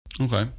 Okay